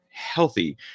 healthy